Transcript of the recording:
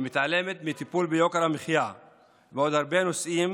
מתעלמת מטיפול ביוקר המחיה ומעוד הרבה נושאים